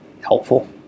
helpful